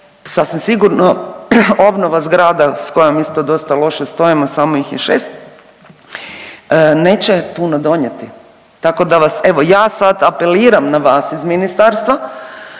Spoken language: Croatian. sasvim sigurno obnova zgrada da kojom isto dosta loše stojimo samo ih je šest neće puno donijeti. Tako da vas evo ja sad apeliram na vas iz ministarstva,